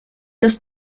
das